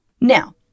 Now